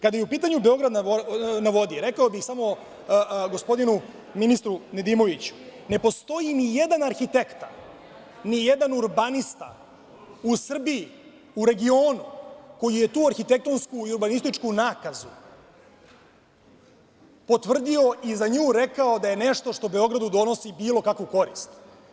Kada je u pitanju „Beograd na vodi“, rekao bih gospodinu ministru Nedimoviću, ne postoji ni jedan arhitekta, ni jedan urbanista u Srbiji, u regionu koji je tu arhitektonsku i urbanističku nakazu potvrdio i za nju rekao da je nešto što Beogradu donosi bilo kakvu korist.